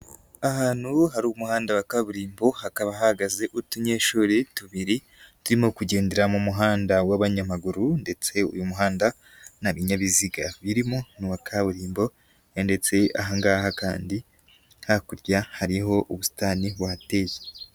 Ahantu hari umuhanda wa kaburimbo, hakaba hahagaze utunyeshuri tubiri, turimo kugendera mu muhanda w'abanyamaguru ndetse uyu muhanda nta bininyabiziga birimo, ni uwa kaburimbo, ndetse aha ngaha kandi hakurya hariho ubusitani buhateye.